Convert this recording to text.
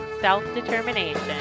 self-determination